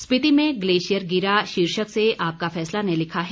स्पीति में ग्लेशियर गिरा शीर्षक से आपका फैसला ने लिखा है